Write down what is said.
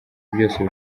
byose